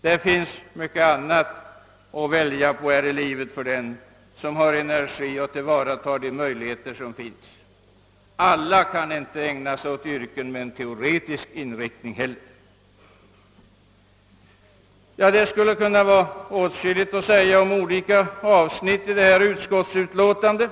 Det finns mycket annat att välja på här i livet för dem som har energi och tillvaratar de möjligheter som finns. Alla kan inte heller ägna sig åt yrken med en teoretisk inriktning. Det finns åtskilligt att säga om olika avsnitt i utskottsutlåtandet.